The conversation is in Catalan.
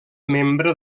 membre